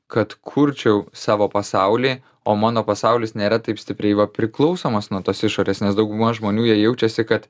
kad kurčiau savo pasaulį o mano pasaulis nėra taip stipriai va priklausomas nuo tos išorės nes dauguma žmonių jie jaučiasi kad